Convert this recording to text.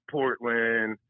Portland